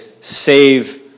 save